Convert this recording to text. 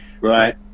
Right